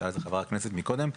שאלת חבר הכנסת מקודם,